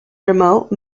remote